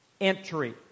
entry